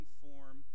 form